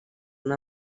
una